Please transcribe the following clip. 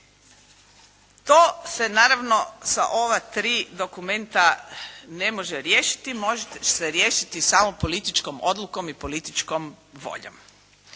To se naravno sa ova tri dokumenta ne može riješiti, može se riješiti samo političkom odlukom i političkom voljom.